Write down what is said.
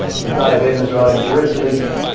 and dive in his writing direct link